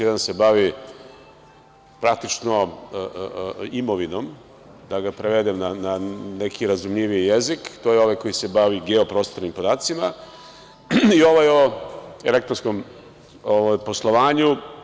Jedan se bavi praktično imovinom, da ga prevedem na neki razumljiviji jezik, to je ovaj koji se bavi geoprostornim podacima, i ovaj o elektronskom poslovanju.